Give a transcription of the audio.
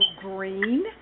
Green